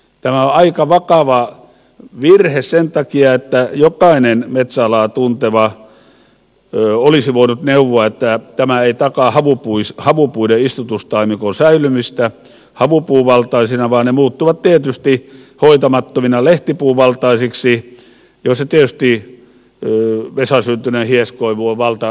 tämä on aika vakava virhe sen takia että jokainen metsäalaa tunteva olisi voinut neuvoa että tämä ei takaa havupuiden istutustaimikoiden säilymistä havupuuvaltaisina vaan ne muuttuvat tietysti hoitamattomina lehtipuuvaltaisiksi joissa tietysti vesasyntyinen hieskoivu on valtapuu